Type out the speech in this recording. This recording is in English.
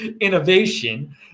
innovation